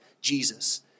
Jesus